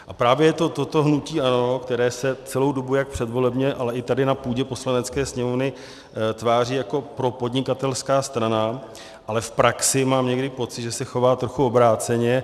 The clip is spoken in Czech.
A právě je to toto hnutí ANO, které se celou dobu jak předvolebně, ale i tady na půdě Poslanecké sněmovny tváří jako propodnikatelská strana, ale v praxi mám někdy pocit, že se chová trochu obráceně.